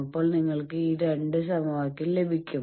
അപ്പോൾ നിങ്ങൾക്ക് ഈ രണ്ട് സമവാക്യങ്ങൾ ലഭിക്കും